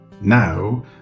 Now